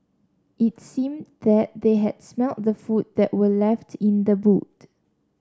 it seemed that they had smelt the food that were left in the boot